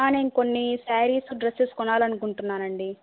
నేను కొన్ని saris dresses కొనాలనుకుంటున్నానండి